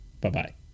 Bye-bye